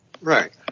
Right